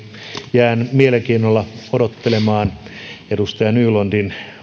jään mielenkiinnolla odottelemaan edustaja nylundin